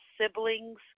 siblings